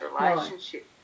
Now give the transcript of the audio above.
relationship